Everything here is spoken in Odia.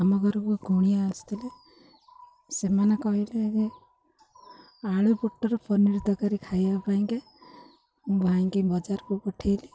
ଆମ ଘରକୁ କୁଣିଆ ଆସିଥିଲେ ସେମାନେ କହିଲେ ଯେ ଆଳୁ ପୋଟଳ ପନିର ତରକାରୀ ଖାଇବା ପାଇଁକା ମୁଁ ଭାଇକି ବଜାରକୁ ପଠେଇଲି